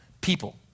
people